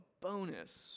bonus